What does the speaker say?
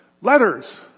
letters